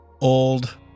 old